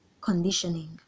conditioning